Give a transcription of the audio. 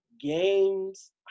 games